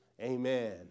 Amen